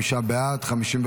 52